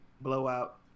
Blowout